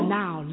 now